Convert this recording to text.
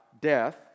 death